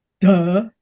duh